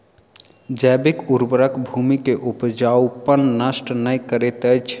जैविक उर्वरक भूमि के उपजाऊपन नष्ट नै करैत अछि